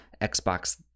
xbox